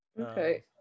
okay